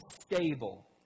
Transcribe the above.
stable